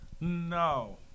No